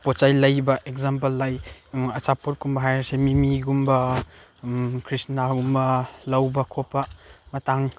ꯄꯣꯠ ꯆꯩ ꯂꯩꯕ ꯑꯦꯛꯖꯥꯝꯄꯜ ꯂꯥꯏꯛ ꯑꯆꯥꯄꯣꯠꯀꯨꯝꯕ ꯍꯥꯏꯔꯁꯤ ꯃꯤꯃꯤꯒꯨꯝꯕ ꯀ꯭ꯔꯤꯁꯅꯥꯒꯨꯝꯕ ꯂꯧꯕ ꯈꯣꯠꯄ ꯃꯇꯥꯡ